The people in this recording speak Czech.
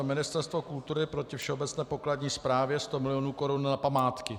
Ministerstvo kultury proti Všeobecné pokladní správě 100 mil. korun na památky.